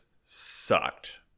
sucked